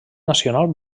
nacional